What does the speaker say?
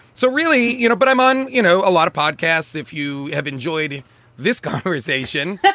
so really, you know, but i'm on, you know, a lot of podcasts if you have enjoyed this conversation but